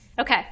Okay